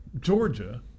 Georgia